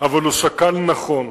אבל הוא שקל נכון.